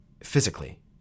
physically